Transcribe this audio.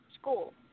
school